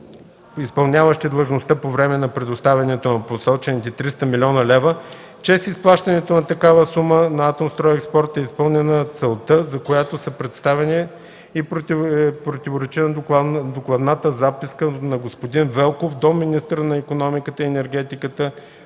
изпълняващи длъжността по време на предоставянето на посочените 300 млн. лева, че с изплащането на такава сума на „Атомстройекспорт” е изпълнена целта, за която са предоставени, противоречи на докладна записка от господин Л. Велков до министъра на икономиката и енергетиката